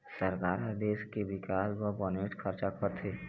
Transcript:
सरकार ह देश के बिकास बर बनेच खरचा करथे